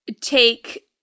take